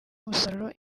umusaruro